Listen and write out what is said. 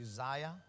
Uzziah